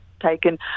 taken